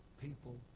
People